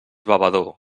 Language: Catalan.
bevedor